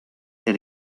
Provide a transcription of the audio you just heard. der